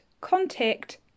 contact